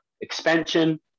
expansion